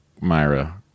Myra